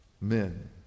men